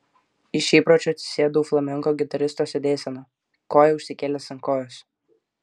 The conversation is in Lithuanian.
iš įpročio atsisėdau flamenko gitaristo sėdėsena koją užsikėlęs ant kojos